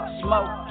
smoke